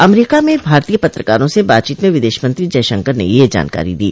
अमरीका में भारतीय पत्रकारों से बातचीत में विदेश मंत्री जयशंकर ने यह जानकारी दी